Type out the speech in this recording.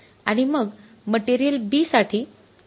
आणि मग material B साठी किती असेल